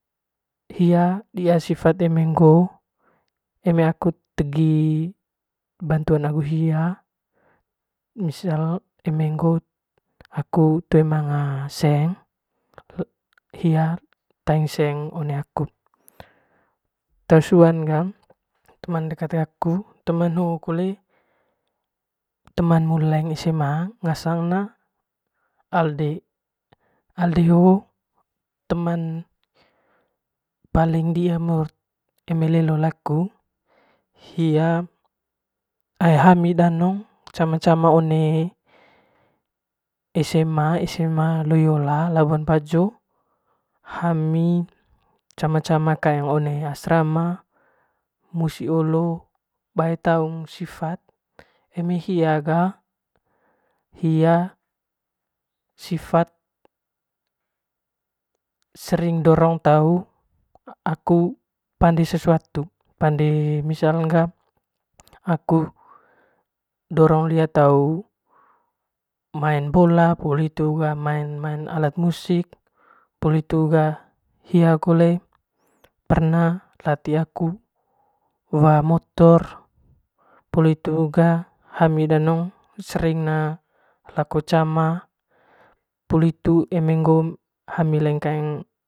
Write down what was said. Hia dia sifat eme ngoo aku tegi bantuan agu hia missal eme ngoo aku toe manga seng hia seng one aku te suan ga teman dekat gaku teman hoo kole teman mulai esema ngasang ne alde alde hoo teman dia eme lelo laku hia ai hami danong cama cama esema esema liyola labuan bajo hami cama cama kaeng one asrama musi olo bae taung sifat eme hia ga sifatn sering dorong tau aku pande sesuatu eme misaln ga akuu dorong lia tau maen bola po;o hitu ga main main alat musik poli hitu ga hia kole perna lati aku waa motor poli hitu ga hami danong sering lako cama poli hitu eme ami le kaeng.